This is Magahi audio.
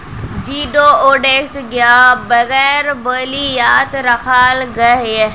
जिओडेक्स वगैरह बेल्वियात राखाल गहिये